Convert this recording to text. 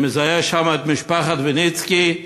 אני מזהה שם את משפחת ויניצקי,